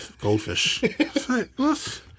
goldfish